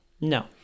No